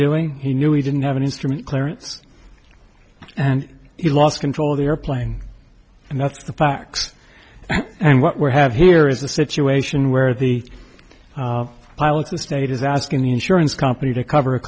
doing he knew he didn't have an instrument clearance and he lost control of the airplane and that's the facts and what we have here is a situation where the pilot estate is asking the insurance company to cover a